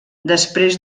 després